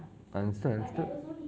understood understood